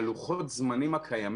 יש את נושא לוחות הזמנים הקיימים,